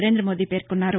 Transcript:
నరేం్రద మోదీ పేర్కొన్నారు